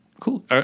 Cool